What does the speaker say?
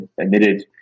admitted